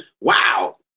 wow